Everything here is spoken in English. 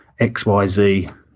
XYZ